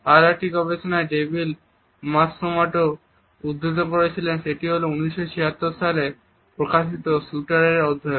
আরও একটি গবেষণা ডেভিড মাতসোমোটো উদ্ধৃত করেছেন সেটি হল 1976 সালে প্রকাশিত শূটারের এর অধ্যয়ন